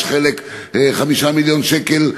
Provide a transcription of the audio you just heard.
יש 5 מיליון שקל,